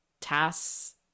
tasks